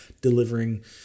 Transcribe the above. delivering